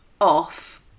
off